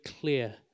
clear